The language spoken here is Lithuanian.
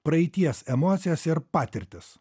praeities emocijas ir patirtis